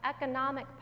economic